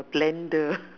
a blender